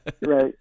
right